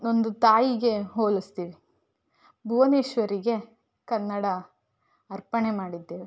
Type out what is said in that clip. ಒಂದು ತಾಯಿಗೆ ಹೋಲಿಸ್ತೀವಿ ಭುವನೇಶ್ವರಿಗೆ ಕನ್ನಡ ಅರ್ಪಣೆ ಮಾಡಿದ್ದೇವೆ